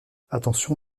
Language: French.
attention